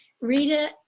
Rita